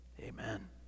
amen